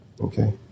Okay